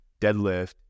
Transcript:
deadlift